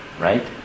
right